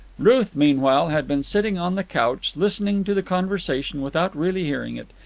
ruth, meanwhile, had been sitting on the couch, listening to the conversation without really hearing it.